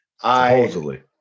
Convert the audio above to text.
Supposedly